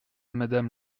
madame